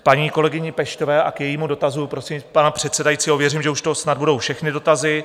K paní kolegyni Peštové a k jejímu dotazu, prostřednictvím pana předsedajícího, věřím, že už to snad budou všechny dotazy.